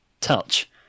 touch